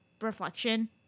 reflection